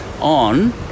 on